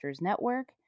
Network